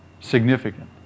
Significant